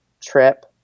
trip